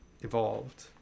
evolved